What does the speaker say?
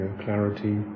clarity